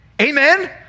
Amen